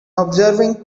observing